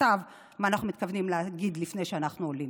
בכתב מה אנחנו מתכוונים להגיד לפני שאנחנו עולים.